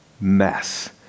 mess